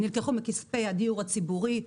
נלקחו מכספי הדיור הציבורי,